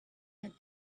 had